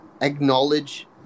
acknowledge